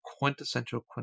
quintessential